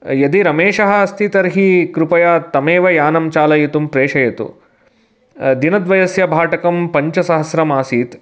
यदि रमेशः अस्ति तर्हि कृपया तमेव यानं चालयितुं प्रेशयतु दिनद्वयस्य भाटकं पञ्चसहस्रम् आसीत्